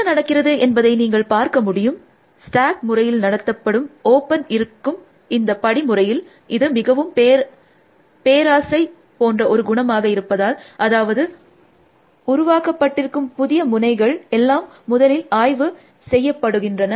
என்ன நடக்கிறது என்பதை நீங்கள் பார்க்க முடியும் ஸ்டாக் முறையில் நடத்தப்படும் ஓப்பன் இருக்கும் இந்த படிமுறையில் இது மிகவும் பேராசை போன்ற ஒரு குணமாக இருப்பதால் அதாவது உருவாக்கப்பட்டிருக்கும் புதிய முனைகள் எல்லாம் முதலில் ஆய்வு செய்யப்படுகின்றன